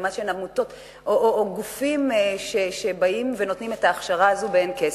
כמעט שאין עמותות או גופים שבאים ונותנים את ההכשרה הזו באין כסף.